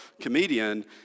comedian